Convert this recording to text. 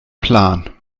plan